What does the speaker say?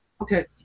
okay